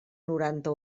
noranta